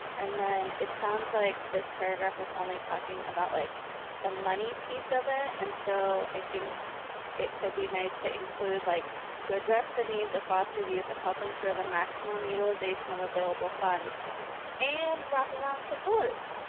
and then it sounds like this paragraph is only talking about like the money piece of it and so i think it could be nice to include, like to address the needs of foster youth and help ensure the maximum utilization of available funds and wraparound support.